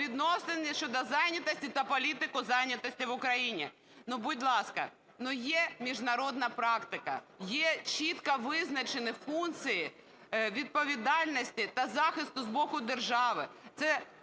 відносини щодо зайнятості та політику зайнятості в Україні. Будь ласка, є міжнародна практика, є чітко визначені функції відповідальності та захисту з боку держави,